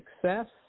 Success